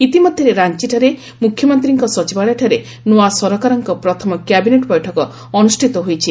ଇତିମଧ୍ୟରେ ରାଞ୍ଚିଠାରେ ମୁଖ୍ୟମନ୍ତ୍ରୀଙ୍କ ସଚିବାଳୟଠାରେ ନୂଆ ସରକାରଙ୍କ ପ୍ରଥମ କ୍ୟାବିନେଟ୍ ବୈଠକ ଅନୁଷ୍ଠିତ ହୋଇଯାଇଛି